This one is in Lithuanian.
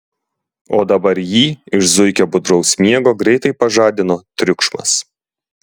o dabar jį iš zuikio budraus miego greitai pažadino triukšmas